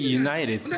united